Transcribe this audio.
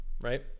right